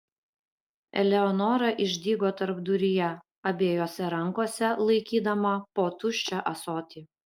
eleonora išdygo tarpduryje abiejose rankose laikydama po tuščią ąsotį